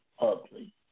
ugly